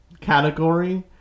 category